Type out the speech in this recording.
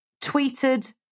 tweeted